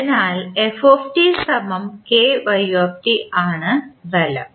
അതിനാൽ ആണ് ബലം